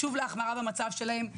שוב להחמרה במצב שלהם,